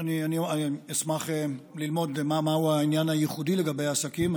אני אשמח ללמוד מהו העניין הייחודי לגבי העסקים.